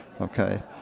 okay